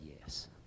yes